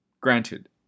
Granted